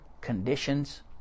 conditions